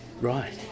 Right